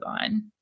on